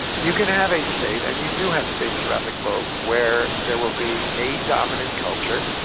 you can have a state and you do have states around the globe where there will be a dominant culture,